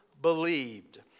believed